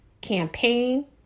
campaign